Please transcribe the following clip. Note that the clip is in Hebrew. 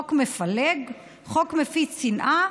חוק מפלג, חוק מפיץ שנאה.